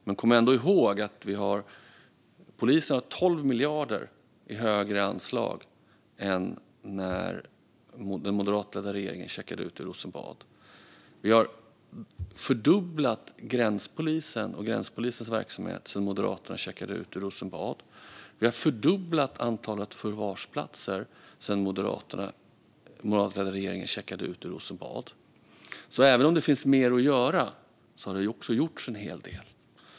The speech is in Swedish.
Men kom ihåg att polisen har 12 miljarder i högre anslag än när den moderatledda regeringen checkade ut från Rosenbad. Vi har fördubblat antalet gränspoliser och gränspolisens verksamhet sedan den moderatledda regeringen checkade ut från Rosenbad. Vi har också fördubblat antalet förvarsplatser sedan den moderatledda regeringen checkade ut från Rosenbad. Även om det finns mer att göra har det alltså gjorts en hel del.